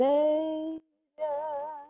Savior